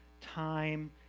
time